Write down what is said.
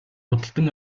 худалдан